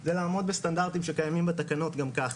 זה לעמוד בסטנדרטים שקיימים בתקנות גם ככה.